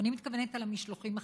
ואני מתכוונת למשלוחים החיים.